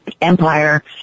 Empire